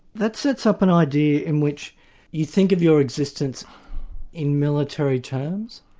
that sets up an idea in which you think of your existence in military terms,